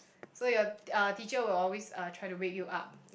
so your uh teacher will always uh try to wake you up